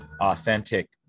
authentic